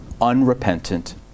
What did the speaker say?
unrepentant